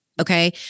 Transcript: Okay